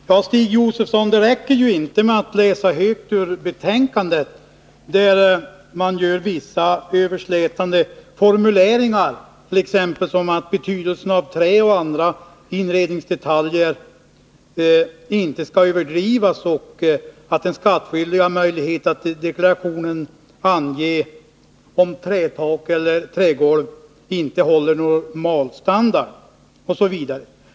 Fru talman! Det räcker inte, Stig Josefson, med att läsa högt ur betänkandet där man gör vissa överslätande formuleringar, t.ex. att betydelsen av trä och andra inredningsdetaljer inte skall överdrivas och att en skattskyldig har möjlighet att i deklarationen ange om trätak eller trägolv inte håller normalstandard osv.